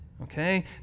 okay